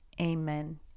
amen